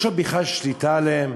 יש לו בכלל שליטה עליהם?